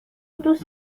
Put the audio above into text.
دوست